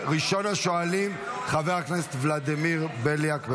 ראשון השואלים, חבר הכנסת ולדימיר בליאק.